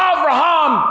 Abraham